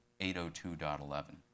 802.11